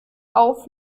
auf